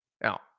Now